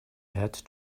had